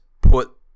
put